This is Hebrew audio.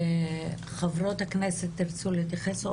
חברות הכנסת, אתן מבקשות להתייחס?